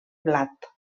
blat